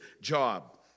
job